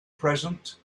present